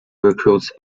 recruits